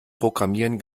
programmieren